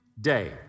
day